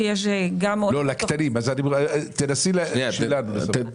כי יש עוד דברים --- תנסי לענות על העניין של הקטנים.